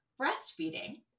breastfeeding